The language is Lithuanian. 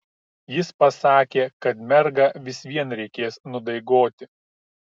jis pasakė kad mergą vis vien reikės nudaigoti